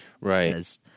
Right